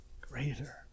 greater